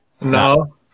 No